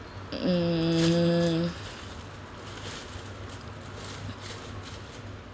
mm